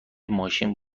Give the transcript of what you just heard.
ماشین